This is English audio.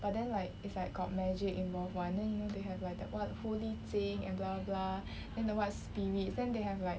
but then like it's like got magic involved [one] then you know they have like the [what] 狐狸精 and blah blah blah then the white spirits then they have like